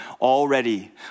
already